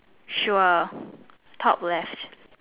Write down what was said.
sure talk less